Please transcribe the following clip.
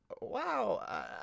Wow